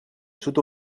sud